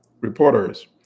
reporters